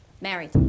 married